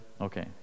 Okay